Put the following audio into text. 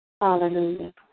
Hallelujah